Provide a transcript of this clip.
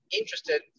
interested